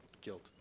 guilt